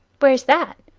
where's that?